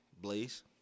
Blaze